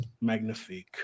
Magnifique